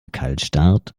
kaltstart